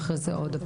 בבקשה.